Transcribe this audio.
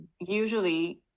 usually